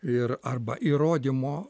ir arba įrodymo